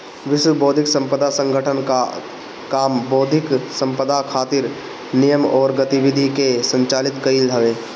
विश्व बौद्धिक संपदा संगठन कअ काम बौद्धिक संपदा खातिर नियम अउरी गतिविधि के संचालित कईल हवे